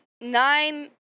nine